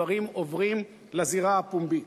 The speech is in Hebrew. הדברים עוברים לזירה הפומבית.